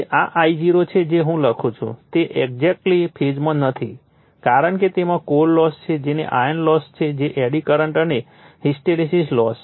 તે આ I0 છે જે હું લખું છું તે એક્સએક્ટલી ફેઝમાં નથી કારણ કે તેમાં કોર લોસ છે જે આયર્ન લોસ છે જે એડી કરંટ અને હિસ્ટ્રેસીસ લોસ છે